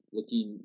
Looking